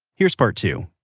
here's part two.